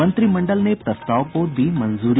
मंत्रिमंडल ने प्रस्ताव को दी मंजूरी